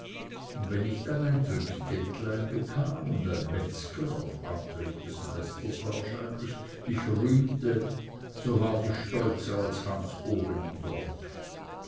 und wenn ich dann ein trinkgeldlein bekam und ein metzger auf antrieb des meisters wahrscheinlich mich rühmte so ward ich stolzer als hans oben im dorfe